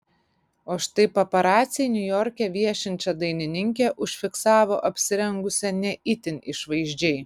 o štai paparaciai niujorke viešinčią dainininkę užfiksavo apsirengusią ne itin išvaizdžiai